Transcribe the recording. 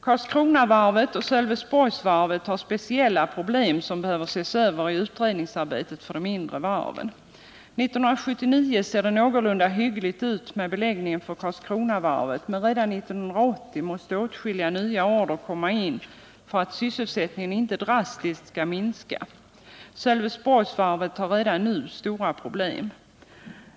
Karlskronavarvet och Sölvesborgsvarvet har speciella problem, som behöver ses över i utredningsarbetet för de mindre varven. 1979 ser det någorlunda hyggligt ut i fråga om beläggningen för Karlskronavarvet, men redan 1980 måste åtskilliga nya order komma in för att sysselsättningen inte drastiskt skall minska. Sölvesborgsvarvet har redan nu stora problem.